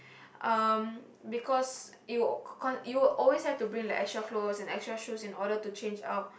um because you would you would always have to bring the extra clothes and extra shoes in order to change out